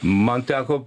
man teko